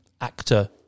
actor